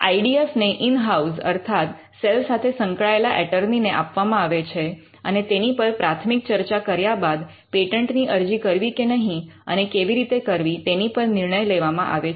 I D F ને in house અર્થાત cell સાથે સંકળાયેલા એટર્ની ને આપવામાં આવે છે અને તેની પર પ્રાથમિક ચર્ચા કર્યા બાદ પેટન્ટની અરજી કરવી કે નહીં અને કેવી રીતે કરવી તેની પર નિર્ણય લેવામાં આવે છે